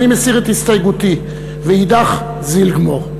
אני מסיר את הסתייגותי ואידך זיל גמור.